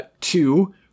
Two